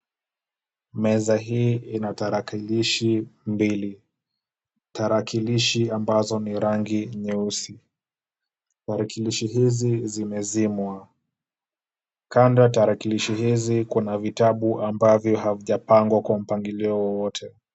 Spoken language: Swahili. Meza hii ina tarakilishi mbili. Tarakilishi ambazo rangi nyeusi. Tarakilishi hizi zimezimwa. Kando ya tarakilishi hizi, kuna vitabu ambavyo havijapangwa kwa mpangilio wowote.